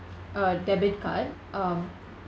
uh debit card um